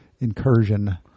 incursion